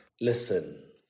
Listen